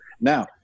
Now